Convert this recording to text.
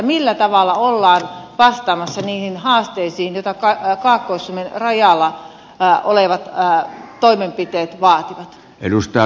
millä tavalla ollaan vastaamassa niihin haasteisiin joita kaakkois suomen rajalla olevat toimenpiteet vaativat